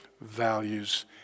values